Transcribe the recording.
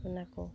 ᱚᱱᱟᱠᱚ